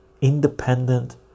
independent